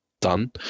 done